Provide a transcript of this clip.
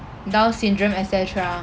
down syndrome et cetera